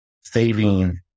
saving